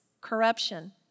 corruption